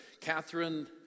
Catherine